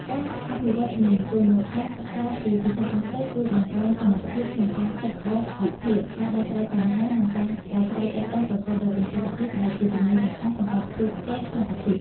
ការអភិវឌ្ឍន៍ជំនាញទន់ ការសិក្សាជាភាសាអង់គ្លេសជួយបង្កើនសមត្ថភាពក្នុងការគិតបែបវិភាគ ការដោះស្រាយបញ្ហា និងការប្រាស្រ័យទាក់ទងប្រកបដោយប្រសិទ្ធភាព ដែលជាជំនាញសំខាន់សម្រាប់ជោគជ័យក្នុងអាជីព។